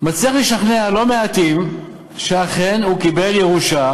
הוא מצליח לשכנע לא מעטים שאכן הוא קיבל ירושה